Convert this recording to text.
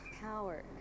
Power